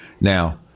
Now